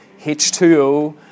H2O